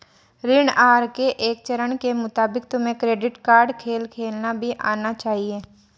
ऋण आहार के एक चरण के मुताबिक तुम्हें क्रेडिट कार्ड खेल खेलना भी आना चाहिए